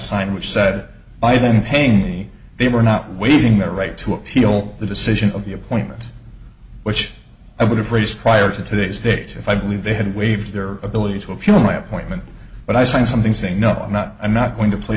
signed which said i then paying me they were not waiving their right to appeal the decision of the appointment which i would have raised prior to today's date if i believed they had waived their ability to appeal my appointment but i signed something saying no i'm not i'm not going to pl